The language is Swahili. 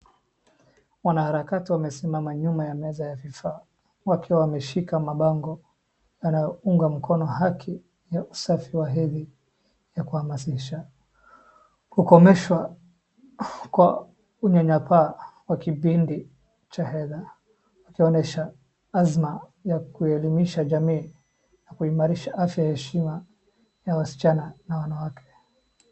Wanaharakati wamesimama nyuma ya meza ya vifaa wakiwa wameshika mabango yanayounga mkono haki ya usafi wa hedhi ya kumahasisha kukomeshwa kwa unyanyapaa wa kipindi cha hedha. Wakionyesha hazima ya kuelimisha jamii na kuimarisha afya ya heshima ya wasichana na wanawake.